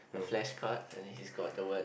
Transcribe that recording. a flashcard and it is got the word